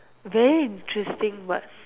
very interesting but